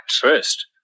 first